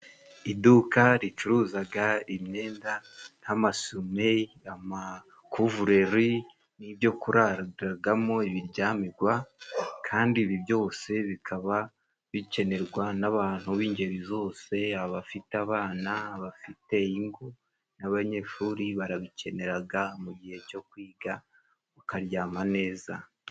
Iduka ricuruzaga imyenda nk 'amasume , amakuvuleri n'ibyo kuraragamo ibiryamirwa kandi ibi byose bikaba bikenerwa n'abantu b'ingeri zose abafite abana, abafite ingo ,n'abanyeshuri barabikeneraga mu gihe cyo kwiga ukaryama neza.